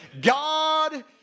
God